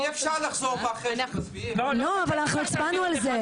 לא, אבל אנחנו הצבענו על זה.